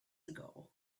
ago